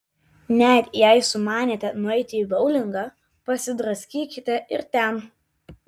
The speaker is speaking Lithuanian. net jei sumanėte nueiti į boulingą pasidraskykite ir ten